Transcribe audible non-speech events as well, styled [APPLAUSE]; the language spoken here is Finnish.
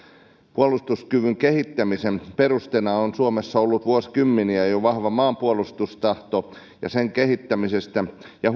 puolustuskyvyn kehittämisen perusteena on suomessa ollut jo vuosikymmeniä vahva maanpuolustustahto ja sen kehittämisessä ja [UNINTELLIGIBLE]